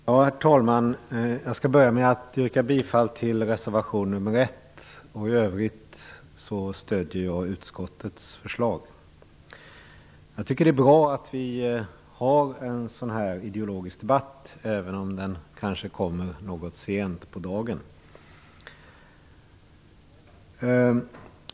Herr talman! Jag skall börja med att yrka bifall till reservation nr 1, och i övrigt stödjer jag utskottets förslag. Jag tycker det är bra att vi har en ideologisk debatt här i kammaren, även om den kanske kommer något sent på dagen.